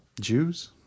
Jews